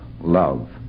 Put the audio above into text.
love